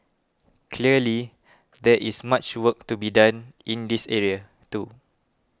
clearly there is much work to be done in this area too